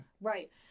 right